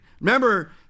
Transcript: remember